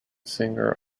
singer